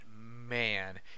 man